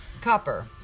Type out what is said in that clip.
Copper